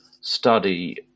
study